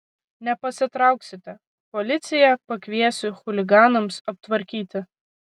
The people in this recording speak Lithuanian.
nepasitrauksite policiją pakviesiu chuliganams aptvarkyti